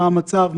מה המצב,